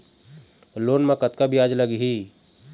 Loan म कतका ब्याज लगही?